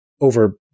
over